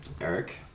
Eric